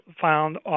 found